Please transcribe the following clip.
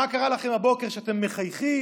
מה קרה לכם הבוקר שאתם מחייכים?